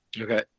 Okay